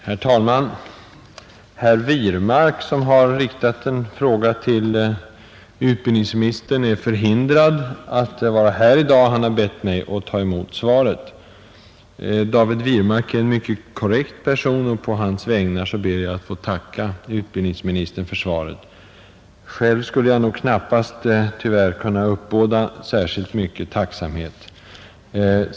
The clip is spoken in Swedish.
Herr talman! Herr Wirmark, som har riktat en fråga till utbildningsministern, är förhindrad att vara här i dag. Han har bett mig att ta emot svaret. David Wirmark är en mycket korrekt person, och på hans vägnar ber jag att få tacka utbildningsministern för svaret. Själv skulle jag tyvärr knappast kunna uppbåda särskilt mycken tacksamhet.